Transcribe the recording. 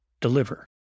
deliver